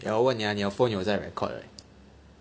okay 我问你啊你要 phone 有在 record right